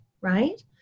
right